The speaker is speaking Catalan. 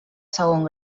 segon